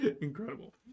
Incredible